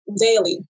daily